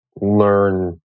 learn